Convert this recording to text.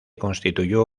constituyó